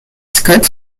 scott